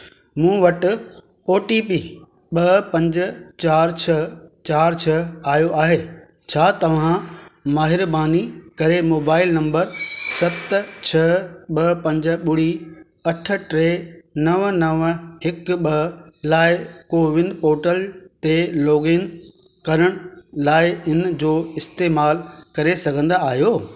मूं वटि O T P ॿ पंज चारि छह चारि छह आयो आहे छा तव्हां माहिरबानी करे मोबाइल नंबर सत छह ॿ पंज ॿुड़ी अठ टे नव नव हिकु ॿ लाइ कोविन पोर्टल ते लॉगइन करण लाइ इन जो इस्तेमाल करे सघंदा आहियो